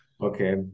Okay